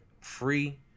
free